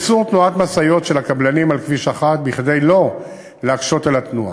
איסור תנועת משאיות של הקבלנים על כביש 1 כדי לא להקשות על התנועה,